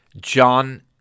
John